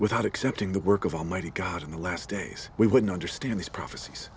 without accepting the work of almighty god in the last days we wouldn't understand these prophecies